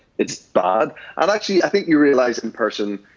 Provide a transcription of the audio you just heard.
it's bad. and, actually, i think you realize in person,